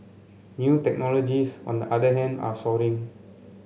new technologies on the other hand are soaring